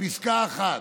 פסקה אחת: